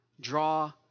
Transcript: draw